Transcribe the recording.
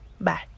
Bye